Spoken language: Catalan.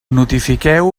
notifiqueu